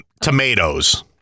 Tomatoes